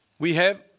we have,